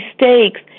mistakes